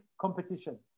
competition